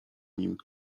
nim